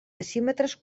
decímetres